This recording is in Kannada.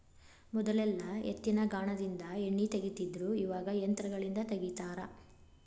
ಮೊದಲೆಲ್ಲಾ ಎತ್ತಿನಗಾನದಿಂದ ಎಣ್ಣಿ ತಗಿತಿದ್ರು ಇವಾಗ ಯಂತ್ರಗಳಿಂದ ತಗಿತಾರ